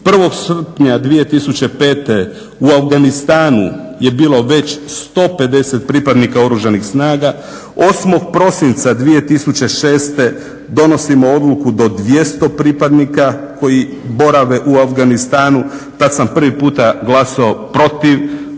1.sprnja 2005. U Afganistanu je bilo već 150 pripadnika Oružanih snaga. 8.prosinca 2006.donisimo odluku do 200 pripadnika koji borave u Afganistanu, tada sam prvi puta glasao protiv